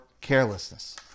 carelessness